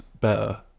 better